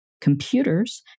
computers